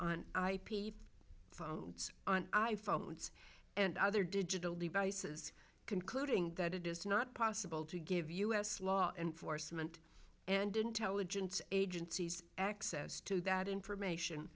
on phones on i phones and other digital devices concluding that it is not possible to give us law enforcement and intelligence agencies access to that information